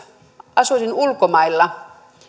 asuisin ulkomailla